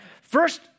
First